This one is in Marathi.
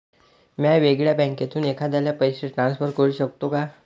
म्या वेगळ्या बँकेतून एखाद्याला पैसे ट्रान्सफर करू शकतो का?